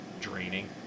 draining